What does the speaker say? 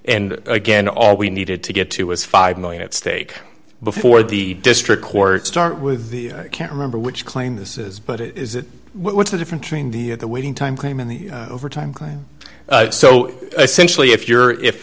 and again all we needed to get to was five million at stake before the district court start with the i can't remember which claim this is but it is that what's the difference between the of the waiting time claim and the overtime claim so essentially if you're if